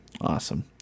Awesome